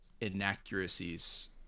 inaccuracies